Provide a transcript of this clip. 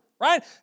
right